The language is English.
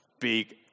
big